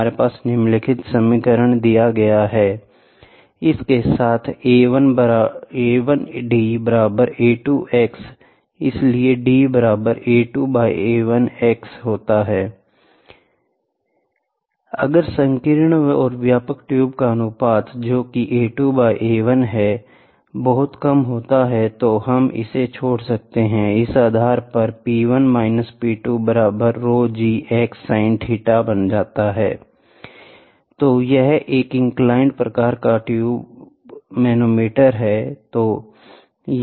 हमारे पास निम्नलिखित समीकरण दिया गया है इसके साथ इसलिए अगर संकीर्ण और व्यापक ट्यूब का अनुपात जोकि है बहुत कम होता है तो हम इसे छोड़ सकते हैं इस आधार पर तो यह एक इंक्लाइंड प्रकार का ट्यूब मैनोमीटर है